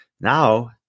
Now